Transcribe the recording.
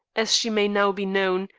as she may now be known,